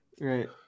Right